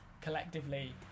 collectively